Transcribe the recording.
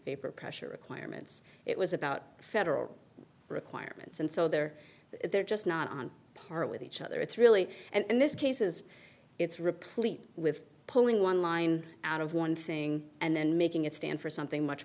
paper pressure requirements it was about federal requirements and so they're they're just not on par with each other it's really and this case is it's replete with pulling one line out of one thing and then making it stand for something much